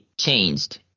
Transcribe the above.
changed